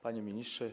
Panie Ministrze!